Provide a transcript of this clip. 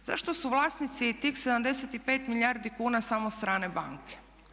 Zašto su vlasnici i tih 75 milijardi kuna samo strane banke?